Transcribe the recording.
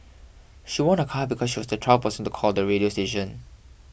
she won a car because she was the twelfth person to call the radio station